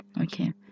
Okay